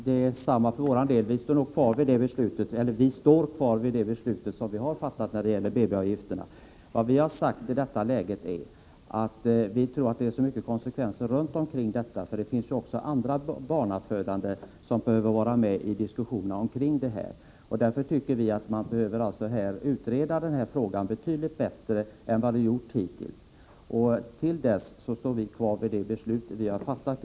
Herr talman! Detsamma gäller för oss: vi står kvar vid det beslut som vi har fattat när det gäller BB-avgifterna. Vad vi har sagt i detta läge är att vi tror förslaget har konsekvenser. Också förmånerna för andra barnaföderskor behöver diskuteras. Därför anser vi att frågan måste utredas betydligt bättre, och till dess står vi kvar vid det beslut som vi har fattat.